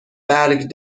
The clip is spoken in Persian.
برگ